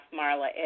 Marla